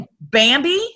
Bambi